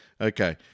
Okay